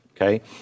okay